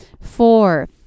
four